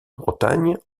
bretagne